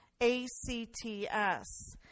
A-C-T-S